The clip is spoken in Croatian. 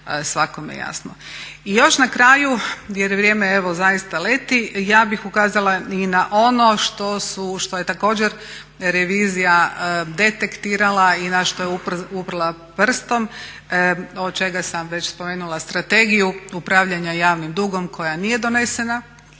svakome jasno. I još na kraju, jer vrijeme evo zaista leti, ja bih ukazala i na ono što je također revizija detektirala i na što je uprla prstom od čega sam već spomenula strategiju upravljanja javnim dugom koja nije donesena